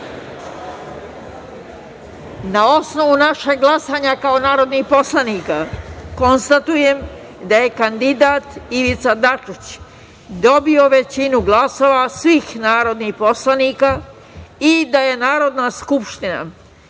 osnovu našeg glasanja kao narodnih poslanika, konstatujem da je kandidat Ivica Dačić dobio većinu glasova svih narodnih poslanika i da je Narodna skupština